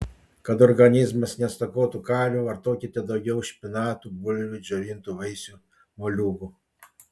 kad organizmas nestokotų kalio vartokite daugiau špinatų bulvių džiovintų vaisių moliūgų